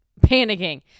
panicking